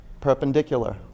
perpendicular